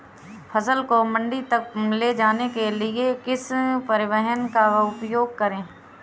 फसल को मंडी तक ले जाने के लिए किस परिवहन का उपयोग करें?